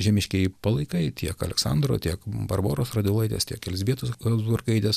žemiškieji palaikai tiek aleksandro tiek barboros radvilaitės tiek elzbietos habsburgaitės